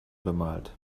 bemalt